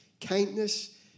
kindness